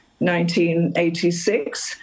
1986